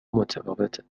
متفاوته